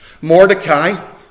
Mordecai